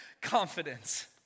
confidence